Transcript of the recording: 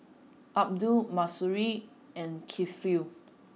Abdul Mahsuri and Kifli